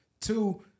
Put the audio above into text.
Two